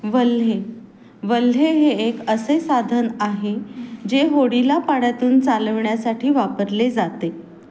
वल्हे वल्हे हे एक असे साधन आहे जे होडीला पाण्यातून चालविण्यासाठी वापरले जाते